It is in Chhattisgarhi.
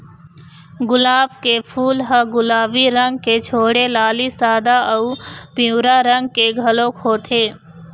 गुलाब के फूल ह गुलाबी रंग के छोड़े लाली, सादा अउ पिंवरा रंग के घलोक होथे